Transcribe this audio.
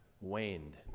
waned